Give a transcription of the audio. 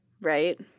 right